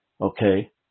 okay